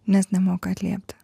nes nemoka atliepti